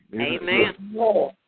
Amen